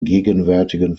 gegenwärtigen